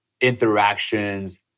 interactions